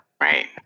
Right